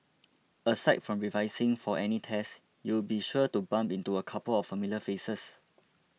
aside from revising for any tests you'll be sure to bump into a couple of familiar faces